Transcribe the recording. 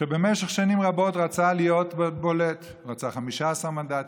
שבמשך שנים רבות רצה להיות בולט, רצה 15 מנדטים.